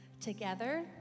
together